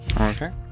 Okay